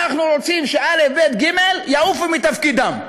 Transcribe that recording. אנחנו רוצים שא', ב וג' יעופו מתפקידם.